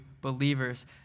believers